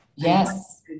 Yes